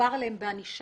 שמדובר בהם ענישה.